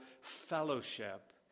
fellowship